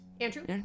Andrew